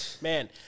man